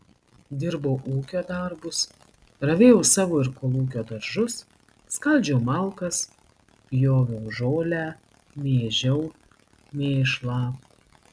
dirbau ūkio darbus ravėjau savo ir kolūkio daržus skaldžiau malkas pjoviau žolę mėžiau mėšlą